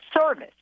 service